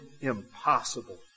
impossible